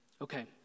Okay